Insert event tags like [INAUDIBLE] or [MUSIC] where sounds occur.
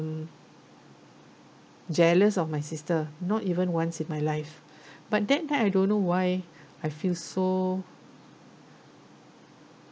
jealous of my sister not even once in my life [BREATH] but then I don't know why I feel so